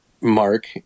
Mark